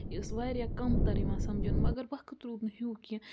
یہِ ٲس وارِیاہ کَم تر یِوان سمجھنہٕ مگر وقت روٗد نہٕ ہیوٗ کیٚنٛہہ